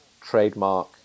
trademark